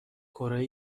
کره